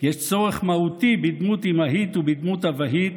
יש צורך מהותי בדמות אימהית ובדמות אבהית,